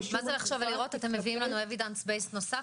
אתם מביאים לנו evidence based נוסף